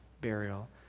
burial